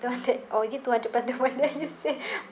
two hundred or is it two hundred plus the one that you said